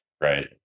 right